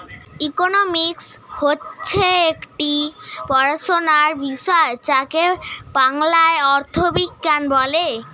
economics হচ্ছে একটি পড়াশোনার বিষয় যাকে বাংলায় অর্থবিজ্ঞান বলে